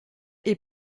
est